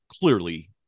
clearly